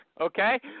Okay